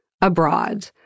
abroad